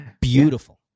beautiful